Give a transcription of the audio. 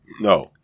No